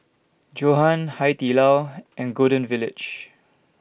Johan Hai Di Lao and Golden Village